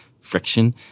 friction